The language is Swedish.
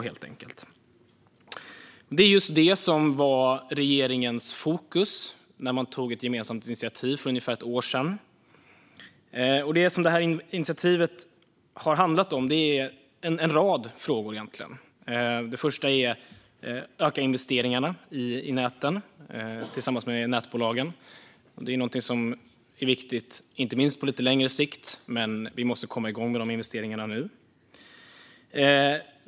Det var just detta som var regeringens fokus när man tog ett gemensamt initiativ för ungefär ett år sedan. Initiativet har handlat om en rad frågor. Den första är att öka investeringarna i näten tillsammans med nätbolagen. Det är något som är viktigt inte minst på lite längre sikt, men vi måste komma igång med investeringarna nu.